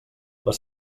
les